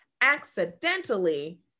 accidentally